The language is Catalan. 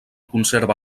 conserva